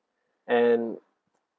and